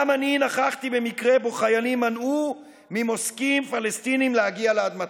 גם אני נכחתי במקרה שבו חיילים מנעו ממוסקים פלסטינים להגיע לאדמתם.